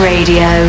Radio